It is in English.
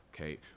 Okay